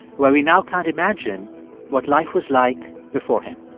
where we now can't imagine what life was like before him.